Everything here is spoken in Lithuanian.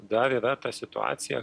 dar yra ta situacija